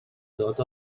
dod